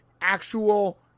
actual